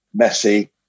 Messi